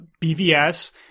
BVS